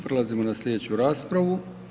Prelazimo na slijedeću raspravu.